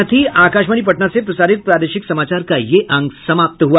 इसके साथ ही आकाशवाणी पटना से प्रसारित प्रादेशिक समाचार का ये अंक समाप्त हुआ